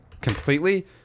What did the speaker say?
completely